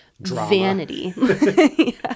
vanity